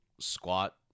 squat